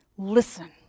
Listen